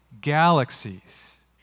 galaxies